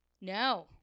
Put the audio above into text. No